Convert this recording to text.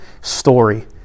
story